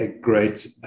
great